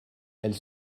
elle